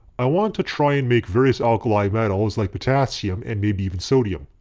i want to try and make various alkali metals like potassium and maybe even sodium.